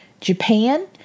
Japan